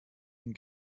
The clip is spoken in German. den